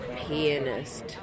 pianist